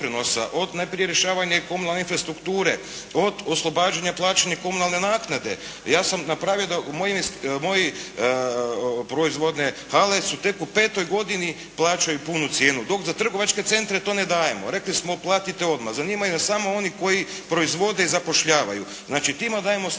od najprije rješavanja komunalne infrastrukture, od oslobađanja plaćanja komunalne naknade. Ja sam napravio, moje proizvodne hale tek u petoj godini plaćaju punu cijenu dok za trgovačke centre to ne dajemo, rekli smo platite odmah. Zanimaju nas samo oni koji proizvode i zapošljavaju. Znači, tima dajemo stimulaciju.